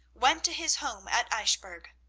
went to his home at eichbourg.